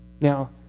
Now